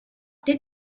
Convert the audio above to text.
did